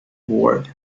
board